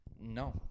no